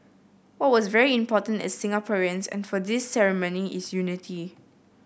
what was very important as Singaporeans and for this ceremony is unity